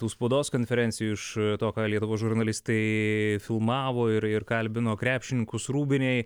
tų spaudos konferencijų iš to ką lietuvos žurnalistai filmavo ir ir kalbino krepšininkus rūbinėj